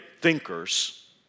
thinkers